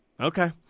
Okay